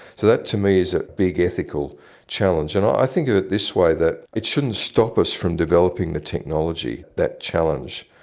that to me is a big ethical challenge. and i think of it this way, that it shouldn't stop us from developing the technology, that challenge,